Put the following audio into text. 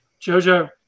JoJo